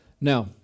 Now